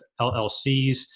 LLCs